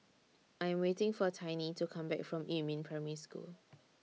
I Am waiting For Tiny to Come Back from Yumin Primary School